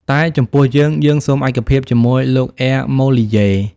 តែចំពោះយើងៗសូមឯកភាពជាមួយលោក អែម៉ូលីយេ។